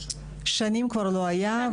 שנים כבר לא היה,